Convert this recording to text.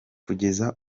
kugeza